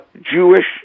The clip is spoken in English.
Jewish